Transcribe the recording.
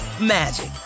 magic